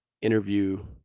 interview